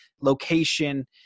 location